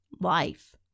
life